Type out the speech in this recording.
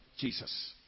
Jesus